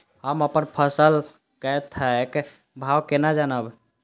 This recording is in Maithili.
हम अपन फसल कै थौक भाव केना जानब?